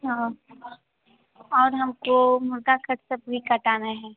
हाँ और हम को मुर्ग़ा कट सब भी कटाना है